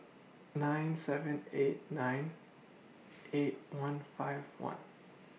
nine seven eight nine eight one five one